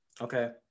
okay